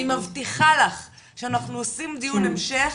אני מבטיחה לך שאנחנו עושים דיון המשך